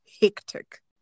Hectic